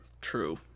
true